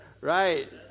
right